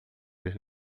eles